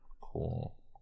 Cool